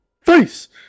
face